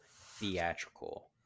theatrical